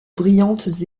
brillantes